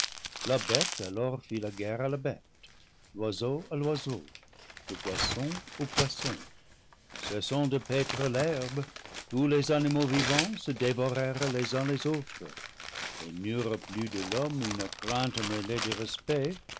la bête alors fit la guerre à la bête l'oiseau à l'oiseau le poisson au poisson cessant de paître l'herbe tous les animaux vivants se dévorèrent les uns les autres et n'eurent plus de l'homme une crainte mêlée de respect